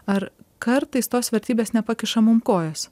ar kartais tos vertybės nepakiša mum kojos